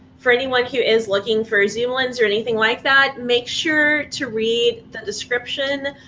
for anyone who is looking for a zoom lens or anything like that, make sure to read the description,